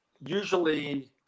usually